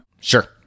Sure